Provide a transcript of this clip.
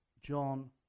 John